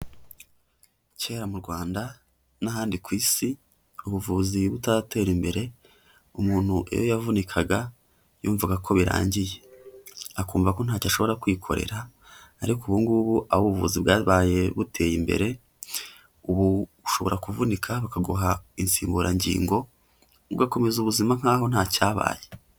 Kera mu Rwanda n'ahandi ku isi ubuvuzi butaratera imbere, umuntu iyo yavunikaga yumvaga ko birangiye, akumva ko ntacyo ashobora kwikorera, ariko ubungubu aho ubuvuzi bwabaye buteye imbere, ubu ushobora kuvunika bakaguha insimburangingo, ugakomeza ubuzima nk'aho ntacyabaye.